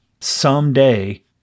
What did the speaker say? someday